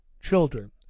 Children